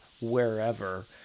wherever